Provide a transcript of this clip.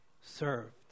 served